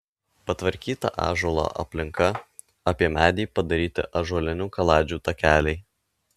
patvarkyta ąžuolo aplinka apie medį padaryti ąžuolinių kaladžių takeliai